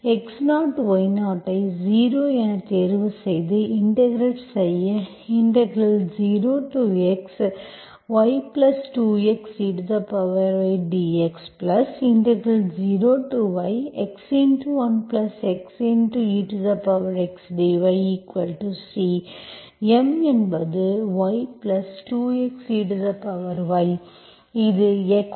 x0y0 ஐ 0 0 என தேர்வு செய்து இன்டெகிரெட் செய்ய 0xy2 x eydx0yx1 x eydyC M என்பது y2 x ey இது x